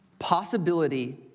possibility